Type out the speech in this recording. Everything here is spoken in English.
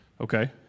Okay